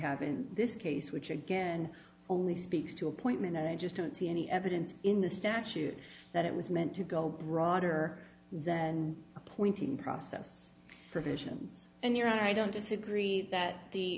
have in this case which again only speaks to appointment and i just don't see any evidence in the statute that it was meant to go broader than appointing process provisions and here i don't disagree that the